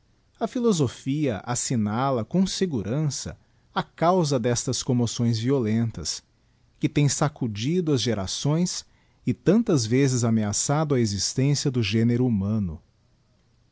a philosophia assignala com segurança a cauba destas comraoções violentas que tem sacudido as gerações e tantas vezes ameaçado a existência do género humano